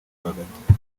rwagati